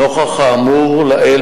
2 3. נוכח האמור לעיל,